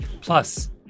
Plus